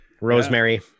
rosemary